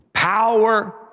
Power